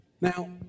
Now